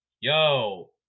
yo